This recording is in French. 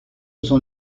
son